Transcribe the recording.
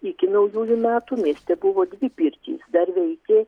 iki naujųjų metų mieste buvo dvi pirtys dar veikė